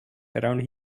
around